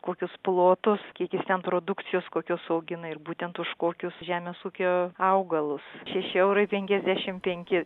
kokius plotus kiek jis ten produkcijos kokios augina ir būtent už kokius žemės ūkio augalus šeši eurai šešiasdešimt penki